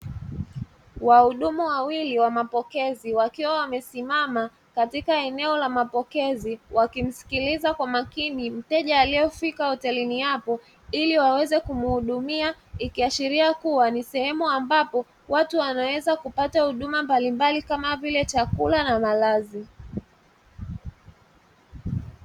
Wahudumu wawili wa mapokezi wakiwa wamesimama katika eneo la mapokezi, wakimsikiliza kwa makini mteja aliyofika hotelini hapo, ili waweze kumuhudumia; ikiashiria kuwa ni shehemu ambapo watu wanaweza kupata huduma mbalimbali, kama vile chakula na malazi.